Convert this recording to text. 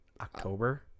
October